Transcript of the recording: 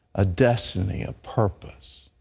a destiny, a purpose.